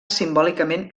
simbòlicament